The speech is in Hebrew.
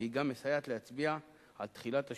והיא גם מסייעת להצביע על תחילת השיעור,